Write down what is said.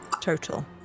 total